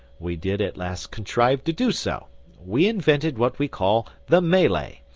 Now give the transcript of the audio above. we did at last contrive to do so we invented what we call the melee,